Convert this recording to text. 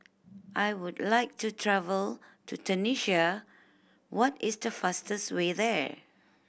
I would like to travel to Tunisia what is the fastest way there